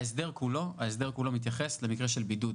ההסדר כולו מתייחס למקרה של בידוד.